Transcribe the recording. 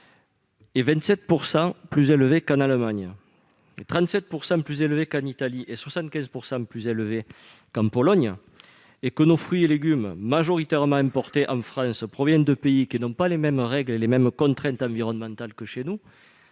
est 27 % plus élevé qu'en Allemagne, 37 % plus élevé qu'en Italie et 75 % plus élevé qu'en Pologne. Les fruits et légumes, majoritairement importés en France, proviennent de pays qui n'ont pas les mêmes règles et les mêmes contraintes environnementales que nous.